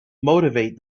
motivate